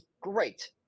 great